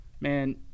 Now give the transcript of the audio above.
man